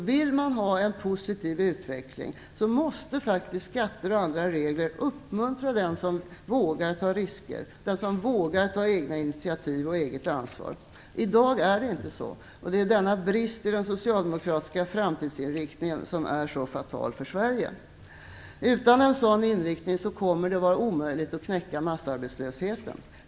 Vill man ha en positiv utveckling måste faktiskt skatter och andra regler uppmuntra den som vågar ta risker, den som vågar ta egna initiativ och eget ansvar. I dag är det inte så, och det är denna brist i den socialdemokratiska framtidsinriktningen som är så fatal för Sverige. Utan en sådan inriktning kommer det att vara omöjligt att knäcka massarbetslösheten.